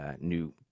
new